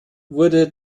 wurde